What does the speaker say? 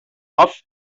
off